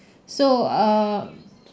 so err